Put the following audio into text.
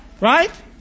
Right